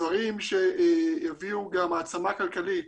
דברים שיביאו גם העצמה כלכלית,